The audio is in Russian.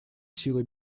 силы